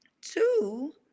two